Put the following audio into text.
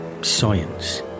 science